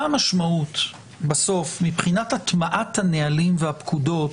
מה המשמעות בסוף, מבחינת הטמעת הנהלים והפקודות,